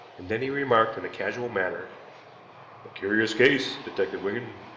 and then he remarked in a casual manner a curious case, detective wigan.